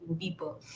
people